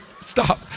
Stop